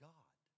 God